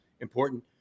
important